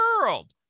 world